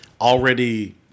already